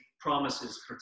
promises